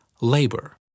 labor